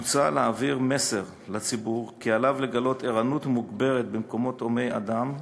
מוצע להעביר מסר לציבור כי עליו לגלות ערנות מוגברת במקומות הומי אדם,